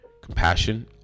compassion